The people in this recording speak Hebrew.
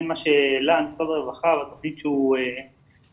מה שהעלה משרד הרווחה לגבי התוכנית שהוא הכין,